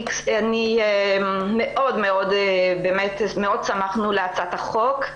מאוד שמחנו להצעת החוק.